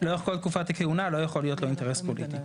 כל תקופת הכהונה לא יכול להיות לו אינטרס פוליטי.